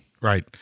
Right